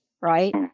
Right